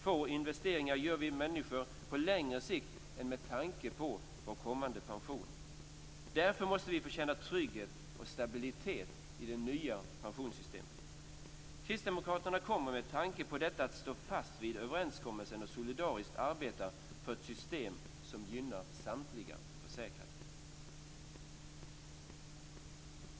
Få investeringar gör vi människor på längre sikt än med tanke på vår kommande pension. Därför måste vi få känna trygghet och stabilitet i det nya pensionssystemet. Kristdemokraterna kommer med tanke på detta att stå fast vid överenskommelsen och solidariskt arbeta för ett system som gynnar samtliga försäkrade. Herr talman!